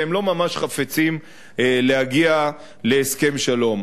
והם לא ממש חפצים להגיע להסכם שלום.